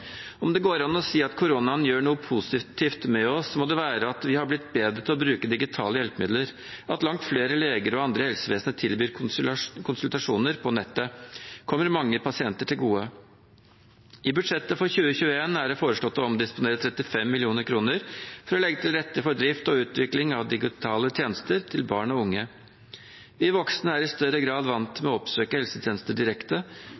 Om det går an å si at koronaen gjør noe positivt med oss, må det være at vi er blitt bedre til å bruke digitale hjelpemidler. At langt flere leger og andre i helsevesenet tilbyr konsultasjoner på nettet, kommer mange pasienter til gode. I budsjettet for 2021 er det foreslått å omdisponere 35 mill. kr for å legge til rette for drift og utvikling av digitale tjenester til barn og unge. De voksne er i større grad vant med å oppsøke helsetjenester direkte,